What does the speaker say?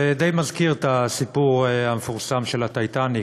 זה די מזכיר את הסיפור המפורסם על ה"טיטניק",